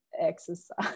exercise